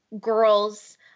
girls